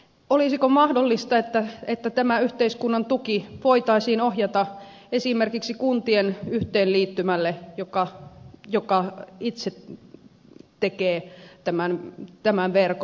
olisiko mahdollista että tämä yhteiskunnan tuki voitaisiin ohjata esimerkiksi kuntien yhteenliittymälle joka itse tekee tämän verkon